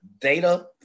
data